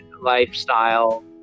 lifestyle